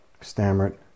stammered